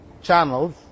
channels